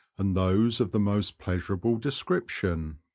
and those of the most pleasur able description.